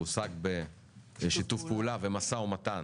הוא הושג בשיתוף פעולה ומשא ומתן